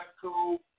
cool